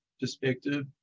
perspective